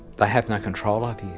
they have no control of yeah